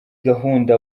gahunda